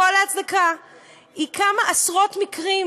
כל ההצדקה היא כמה עשרות מקרים.